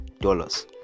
dollars